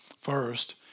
First